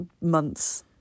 Months